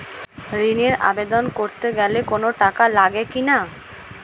ঋণের আবেদন করতে গেলে কোন টাকা লাগে কিনা?